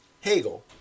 Hegel